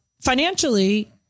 financially